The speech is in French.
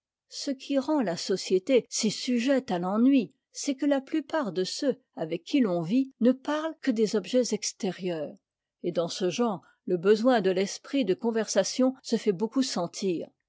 ce qui rend la société si sujette à l'ennui c'est que la plupart de ceux avec qui l'on vit ne parlent que des objets extérieurs et dans ce genre le besoin de l'esprit de conversation se fait beaucoup sentir